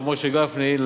הרב משה גפני,